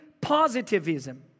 positivism